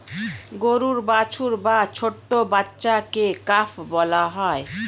গরুর বাছুর বা ছোট্ট বাচ্ছাকে কাফ বলা হয়